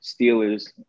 Steelers